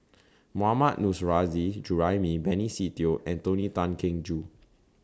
Mohammad Nurrasyid Juraimi Benny Se Teo and Tony Tan Keng Joo